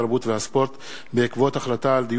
התרבות והספורט בעקבות דיון מהיר בנושא: מצבם